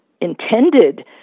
intended